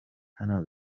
hano